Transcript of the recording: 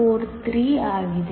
43 ಆಗಿದೆ